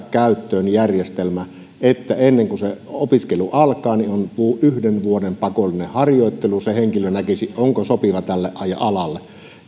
käyttöön järjestelmä että ennen kuin opiskelu alkaa on yhden vuoden pakollinen harjoittelu henkilö näkisi onko sopiva tälle alalle